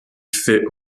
fait